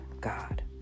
God